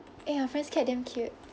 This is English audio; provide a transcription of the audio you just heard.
eh your friend's cat damn cute